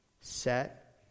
Set